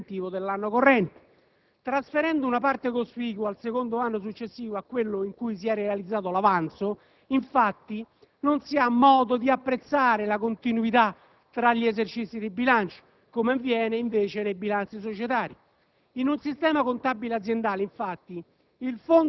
approvazione del rendiconto dell'anno precedente e del preventivo dell'anno corrente. Trasferendo una parte cospicua al secondo anno successivo a quello in cui si è realizzato l'avanzo, infatti, non si ha modo di apprezzare la continuità tra gli esercizi di bilancio, come avviene, invece, nei bilanci societari.